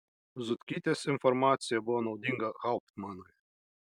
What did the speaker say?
zutkytės informacija buvo naudinga hauptmanui